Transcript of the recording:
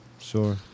Sure